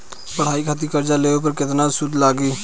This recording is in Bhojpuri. पढ़ाई खातिर कर्जा लेवे पर केतना सूद लागी?